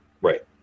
Right